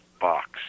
box